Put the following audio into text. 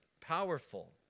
powerful